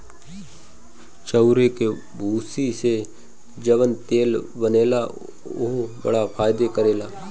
चाउरे के भूसी से जवन तेल बनेला उहो बड़ा फायदा करेला